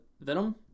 Venom